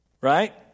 Right